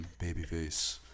Babyface